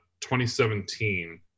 2017